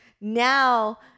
Now